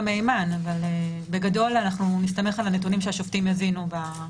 מהימן אבל בגדול נסתמך על מה שהשופטים הזינו.